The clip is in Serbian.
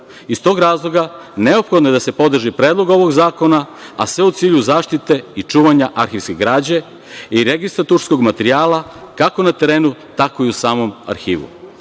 tog razloga, neophodno je da se podrži Predlog ovog zakona, a sve u cilju zaštite i čuvanja arhivske građe i registraturskog materijala, kako na terenu, tako i u samom